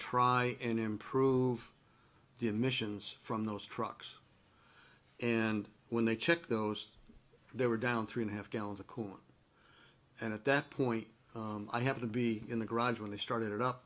try and improve the emissions from those trucks and when they checked those there were down three and a half gallons of coolant and at that point i have to be in the garage when they started it up